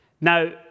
now